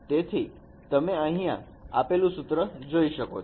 તેથી તમે અહીંયા આપેલું સૂત્ર જોઈ શકો છો